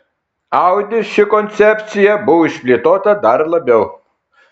audi ši koncepcija buvo išplėtota dar labiau